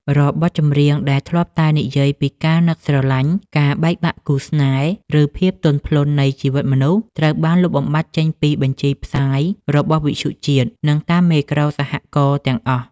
រាល់បទចម្រៀងដែលធ្លាប់តែនិយាយពីការនឹកស្រឡាញ់ ការបែកបាក់គូស្នេហ៍ ឬភាពទន់ភ្លន់នៃជីវិតមនុស្ស ត្រូវបានលុបបំបាត់ចេញពីបញ្ជីផ្សាយរបស់វិទ្យុជាតិ និងតាមមេក្រូសហករណ៍ទាំងអស់។